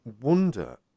wonder